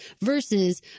versus